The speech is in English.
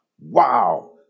Wow